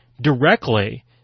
directly